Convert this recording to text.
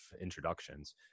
introductions